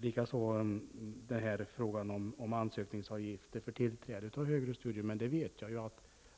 Detta gällde även frågan om ansökningsavgifter för tillträde till högre studier. Men jag vet ju